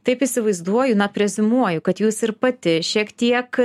taip įsivaizduoju na preziumuoju kad jūs ir pati šiek tiek